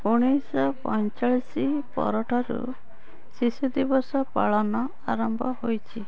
ଉଣେଇଶହ ପଇଁଚାଳିଶ ପରଠାରୁ ଶିଶୁ ଦିବସ ପାଳନ ଆରମ୍ଭ ହୋଇଛି